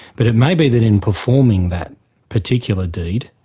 but it may be that in performing that particular deed,